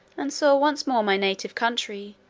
and saw once more my native country,